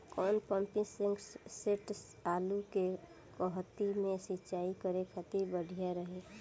कौन pumping set आलू के कहती मे सिचाई करे खातिर बढ़िया रही?